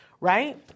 right